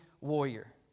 warrior